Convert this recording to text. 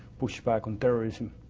push back on terrorism.